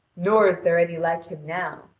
nor is there any like him now.